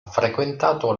frequentato